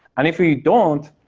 and if we don't,